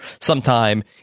sometime